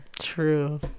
True